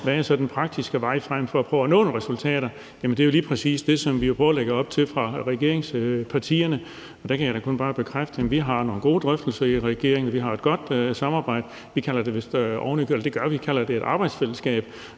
Hvad er så den praktiske vej frem for at prøve at nå nogle resultater? Jamen det er jo lige præcis det, som vi prøver at lægge op til fra regeringspartiernes side. Der kan jeg da bare bekræfte, at vi har nogle gode drøftelser i regeringen, og at vi har et godt samarbejde. Vi kalder det ovenikøbet et arbejdsfællesskab.